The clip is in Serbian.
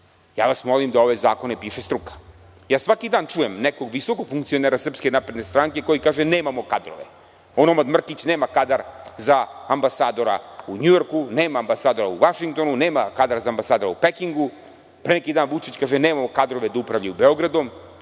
vas molim da ove zakone piše struka. Svaki dan čujem nekog visokog funkcionera SNS koji kaže – nemamo kadrove. Onomad Mrkić nema kadar za ambasadora u Njujorku, nema ambasadora u Vašingtonu, nema kadar za ambasadora u Pekingu. Pre neki dan Vučić kaže nemamo kadrove da upravljaju Beogradom,